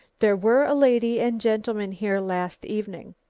there were a lady and gentleman here last evening.